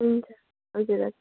हुन्छ हजुर हजुर